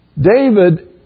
David